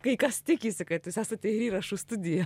kai kas tikisi kad jūs esate ir įrašų studija